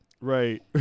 Right